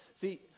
See